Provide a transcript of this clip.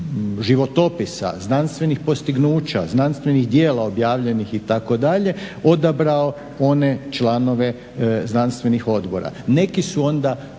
životopisa, znanstvenih postignuća, znanstvenih djela objavljenih itd. odabrao one članove znanstvenih odbora. Neki su onda